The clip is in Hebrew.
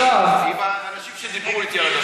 אני רוצה להתנגד.